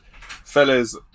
Fellas